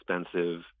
expensive